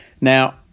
Now